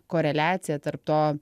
koreliacija tarp to